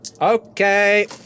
Okay